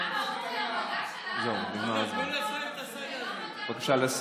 למה, אורי, המגע של האבא הוא לא מגע